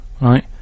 right